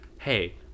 hey